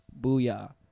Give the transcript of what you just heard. Booyah